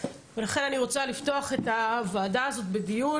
ולכן אני רוצה לפתוח את הוועדה הזאת בדיון,